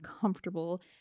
comfortable